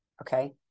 Okay